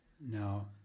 Now